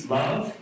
love